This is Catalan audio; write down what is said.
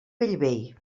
bellvei